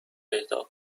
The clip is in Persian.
اهدا